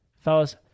Fellas